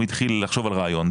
הוא התחיל לחשוב על רעיון,